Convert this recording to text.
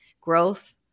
Growth